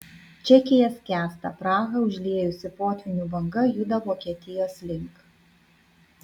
čekija skęsta prahą užliejusi potvynių banga juda vokietijos link